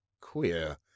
queer